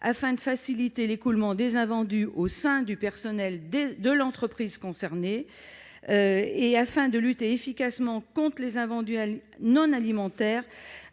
afin de faciliter l'écoulement des invendus au sein du personnel de l'entreprise concernée. Afin de lutter efficacement contre les invendus non alimentaires,